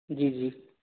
जी जी